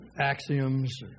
axioms